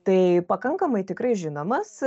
tai pakankamai tikrai žinomas